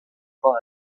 file